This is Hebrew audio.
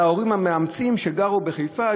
להורים המאמצים שגרו בחיפה,